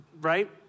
right